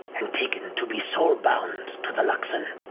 and taken to be soul bound to the luxon